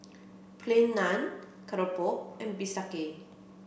Plain Naan Keropok and Bistake